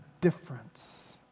difference